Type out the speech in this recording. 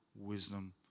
wisdom